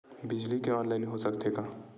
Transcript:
बिजली के ऑनलाइन हो सकथे का?